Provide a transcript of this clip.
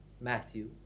Matthew